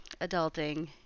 adulting